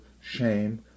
shame